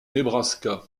nebraska